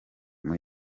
muri